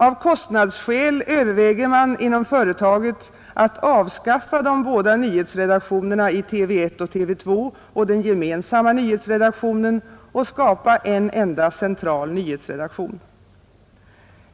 Av kostnadsskäl överväger man inom företaget att avskaffa de båda nyhetsredaktionerna i TV 1 och.TV 2 och den gemensamma nyhetsredaktionen och skapa en enda central nyhetsredaktion.